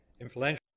influential